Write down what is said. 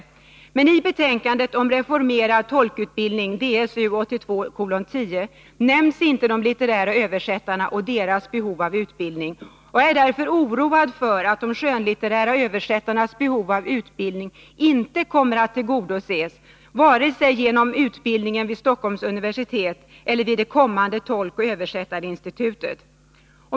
Men i betänkandet om reformerad = tolkutbildning, Ds U 1982:10, nämns inte de litterära översättarna och deras behov av utbildning. Jag är därför oroad för att de skönlitterära översättarnas behov av utbildning inte kommer att tillgodoses vare sig genom utbildningen vid Stockholms universitet eller vid det kommande tolkoch översättarinstitutet.